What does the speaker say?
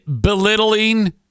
belittling